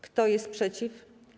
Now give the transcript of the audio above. Kto jest przeciw?